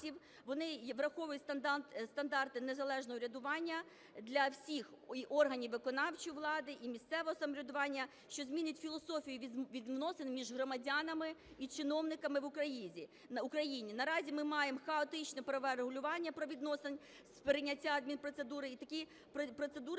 вони враховують стандарти незалежного урядування для всіх органів виконавчої влади і місцевого самоврядування, що змінять філософію відносин між громадянами і чиновниками в Україні. Наразі ми маємо хаотичне правове регулювання правовідносин з прийняття адмінпроцедури, і такі процедури